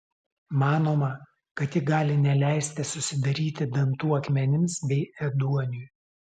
manoma kad ji gali neleisti susidaryti dantų akmenims bei ėduoniui